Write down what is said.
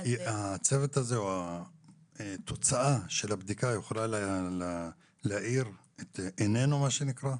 הצוות הזה או התוצאה של הבדיקה יכולה להאיר את עינינו מה שנקרא?